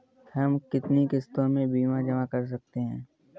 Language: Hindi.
हम कितनी किश्तों में बीमा जमा कर सकते हैं?